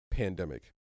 Pandemic